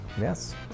Yes